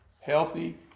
healthy